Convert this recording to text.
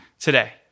today